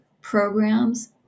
programs